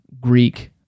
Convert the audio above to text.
Greek